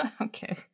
Okay